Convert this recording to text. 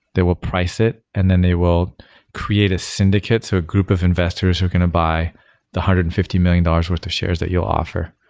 there will price it, and then they will create a syndicates. so a group of investors who are going to buy the one hundred and fifty million dollars worth of shares that you'll offer.